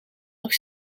nog